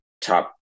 top